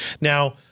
Now